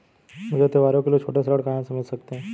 मुझे त्योहारों के लिए छोटे ऋण कहां से मिल सकते हैं?